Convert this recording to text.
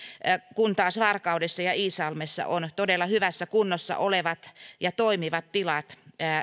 kun taas varkaudessa ja iisalmessa on todella hyvässä kunnossa olevat ja toimivat tilat